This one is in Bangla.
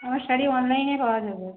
আমার শাড়ি অনলাইনে পাওয়া যাবে